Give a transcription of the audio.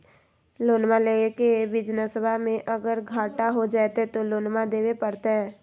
लोनमा लेके बिजनसबा मे अगर घाटा हो जयते तो लोनमा देवे परते?